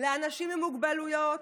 לאנשים עם מוגבלויות,